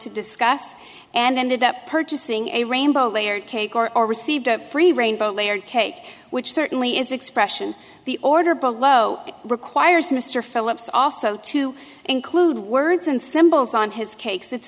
to discuss and ended up purchasing a rainbow layer cake or or received a free rainbow layer cake which certainly is the expression the order below requires mr phillips also to include words and symbols on his cakes it's